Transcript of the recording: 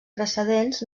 precedents